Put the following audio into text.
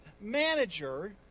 manager